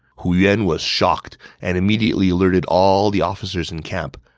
hu yuan was shocked and immediately alerted all the officers in camp.